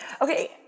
Okay